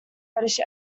reddish